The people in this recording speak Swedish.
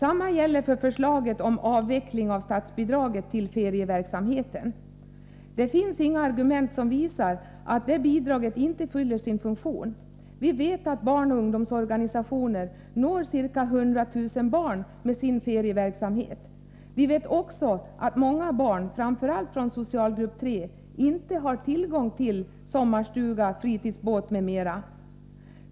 Samma sak gäller för förslaget om avveckling av statsbidraget till ferieverksamheten. Det finns inga argument som visar att detta bidrag inte fyller sin funktion. Vi vet att barnoch ungdomsorganisationer når ca 100 000 barn med sin ferieverksamhet. Vi vet också att många barn, framför allt från socialgrupp 3, inte har tillgång till sommarstuga, fritidsbåt m.m.